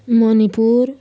Manipur